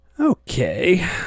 Okay